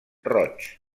roig